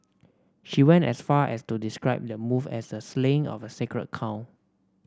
she went as far as to describe the move as the slaying of a sacred cow